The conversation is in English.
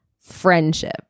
friendship